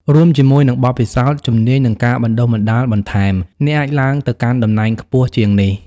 រួមជាមួយនឹងបទពិសោធន៍ ជំនាញ និងការបណ្តុះបណ្តាលបន្ថែម អ្នកអាចឡើងទៅកាន់តំណែងខ្ពស់ជាងនេះ។